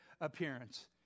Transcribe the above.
appearance